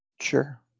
Sure